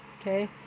Okay